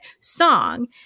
song